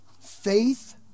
faith